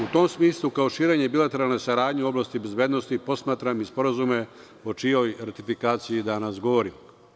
U tom smislu kao širenje bilateralne saradnje u oblasti bezbednosti posmatram i sporazume o čijoj ratifikaciji i danas govorimo.